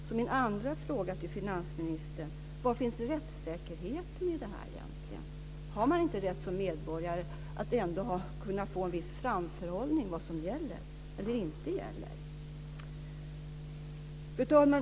Så min andra fråga till finansministern är: Var finns rättssäkerheten i det här egentligen? Har man inte som medborgare ändå rätt att kunna ha en viss framförhållning och veta vad som gäller eller inte gäller?